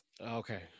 Okay